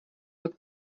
rok